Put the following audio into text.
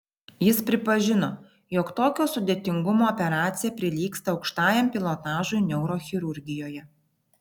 jis pripažino jog tokio sudėtingumo operacija prilygsta aukštajam pilotažui neurochirurgijoje